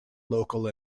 local